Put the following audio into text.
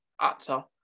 actor